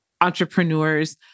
entrepreneurs